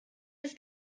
ist